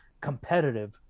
competitive